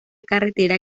carretera